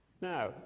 Now